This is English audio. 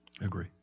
agree